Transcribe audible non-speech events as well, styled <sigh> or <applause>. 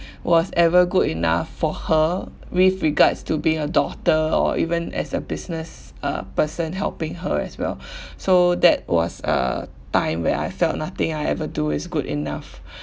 <breath> was ever good enough for her with regards to being a daughter or even as a business uh person helping her as well <breath> so that was a time where I felt nothing I ever do is good enough <breath>